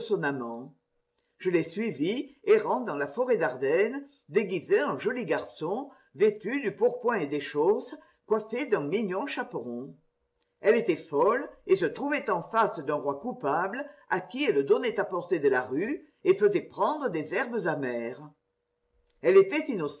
je l'ai suivie errant dans la forêt d'ardenne déguisée en joli garçon vêtue du pourpoint et des chausses coiffée d'un mignon chaperon elle était folle et se trouvait en face d'un roi coupable à qui elle donnait à porter de la rue et faisait prendre des herbes amères elle était